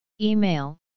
Email